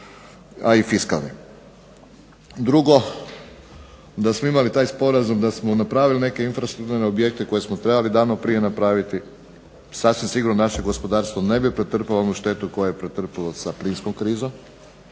a i fiskalne. Drugo, da smo imali taj sporazum da smo napravili neke infrastrukturne objekte koje smo trebali davno prije napraviti, sasvim sigurno naše gospodarstvo ne bi pretrpilo onu štetu koju je pretrpilo sa plinskom krizom,